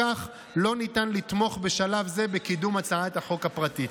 לא ניתן לתמוך בשלב זה בקידום הצעת החוק הפרטית.